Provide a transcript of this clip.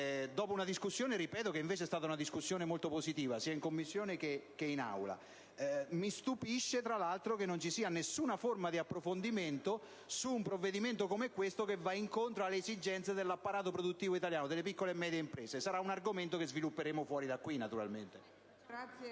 dopo una discussione - ripeto - che invece è stata molto positiva, sia in Commissione che in Aula. Mi stupisce tra l'altro che non ci sia nessuna forma di approfondimento su un provvedimento come questo che va incontro alle esigenze dell'apparato produttivo italiano, delle piccole e medie imprese. Sarà un argomento che svilupperemo fuori da qui naturalmente.